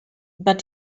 but